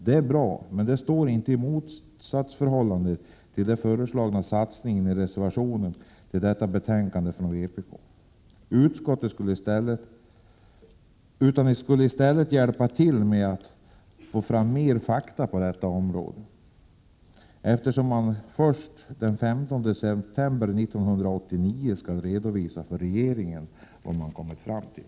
Det är bra, men det står inte i motsatsförhållande till den i reservationen från vpk föreslagna satsningen, utan skulle i stället hjälpa till att få fram mer fakta på detta område. Dessutom skall man först den 15 september 1989 redovisa för regeringen vad man kommit fram till.